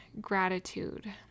gratitude